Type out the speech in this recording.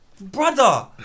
Brother